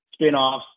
spinoffs